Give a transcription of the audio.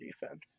defense